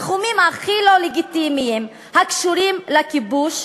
התחומים הכי לא לגיטימיים, הקשורים לכיבוש,